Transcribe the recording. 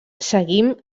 seguim